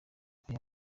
aya